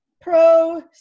pro